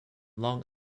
long